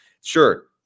Sure